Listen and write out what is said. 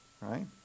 right